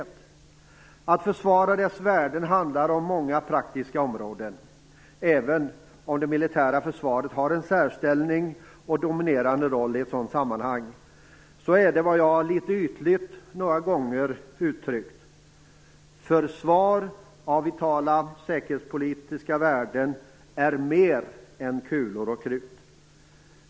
När det gäller att försvara dess värden handlar det om många praktiska område. Även om det militära försvaret har en särställning och en dominerande roll i sammanhanget så är - som jag litet ytligt har uttryckt det några gånger - försvar av vitala säkerhetspolitiska värden mer än kulor och krut.